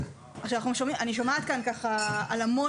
שמעתי כאן על המון